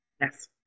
Yes